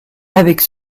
avec